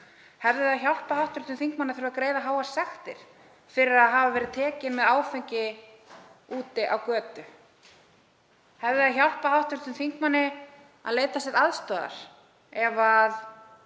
Hefði það hjálpað hv. þingmanni þurfa að greiða háar sektir fyrir að hafa verið tekinn með áfengi úti á götu? Hefði hjálpað hv. þingmanni að leita sér aðstoðar ef það